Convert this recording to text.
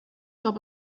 gab